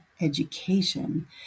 education